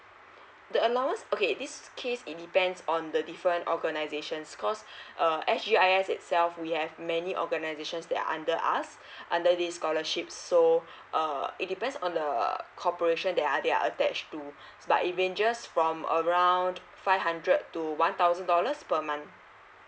the allowance okay this case it depends on the different organizations cause uh actually I said itself we have many organizations that are under us under this scholarship so uh it depends on the uh corporation they are they are attach to but it ranges from around five hundred to one thousand dollars per month